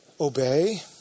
Obey